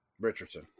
Richardson